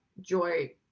joy